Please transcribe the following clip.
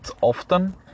often